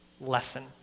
Lesson